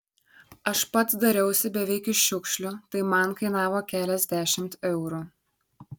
aš pats dariausi beveik iš šiukšlių tai man kainavo keliasdešimt eurų